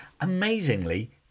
amazingly